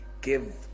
give